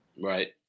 Right